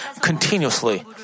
continuously